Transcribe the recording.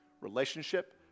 relationship